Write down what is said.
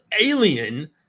alien